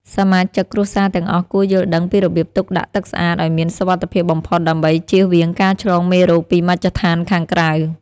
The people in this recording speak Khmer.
សមាជិកគ្រួសារទាំងអស់គួរយល់ដឹងពីរបៀបទុកដាក់ទឹកស្អាតឱ្យមានសុវត្ថិភាពបំផុតដើម្បីចៀសវាងការឆ្លងមេរោគពីមជ្ឈដ្ឋានខាងក្រៅ។